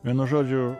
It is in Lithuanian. vienu žodžiu